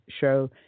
show